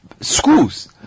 schools